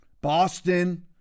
Boston